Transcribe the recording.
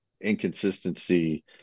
inconsistency